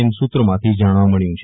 એમ સુત્રોમાંથી જાણવા મળ્યુ છે